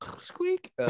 squeak